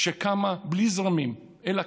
שקמה בלי זרמים, אלא קמה,